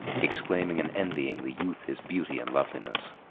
exclaiming and envying the youth his beauty and loveliness.